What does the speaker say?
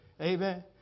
Amen